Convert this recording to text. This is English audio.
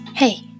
hey